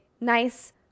nice